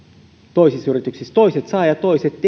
toiset saavat ja toiset